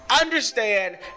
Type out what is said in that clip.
understand